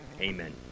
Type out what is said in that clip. amen